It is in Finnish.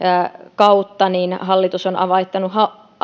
kautta hallitus on laittanut